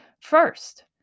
first